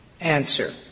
answer